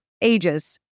ages